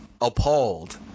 appalled